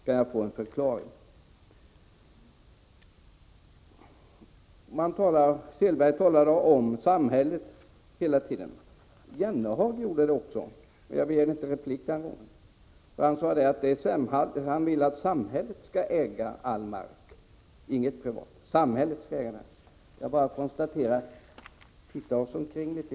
Kan jag få en förklaring? Herr Selberg talade hela tiden om samhället. Det gjorde herr Jennehag också, men jag begärde inte replik den gången. Han sade att han vill att samhället skall äga all mark. Det skall inte finnas någon privat mark. Låt oss titta oss omkring litet.